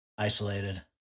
Isolated